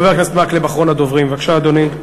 חבר הכנסת מקלב, אחרון הדוברים, בבקשה, אדוני.